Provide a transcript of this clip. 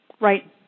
Right